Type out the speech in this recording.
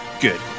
Good